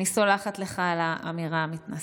אני סולחת לך על האמירה המתנשאת.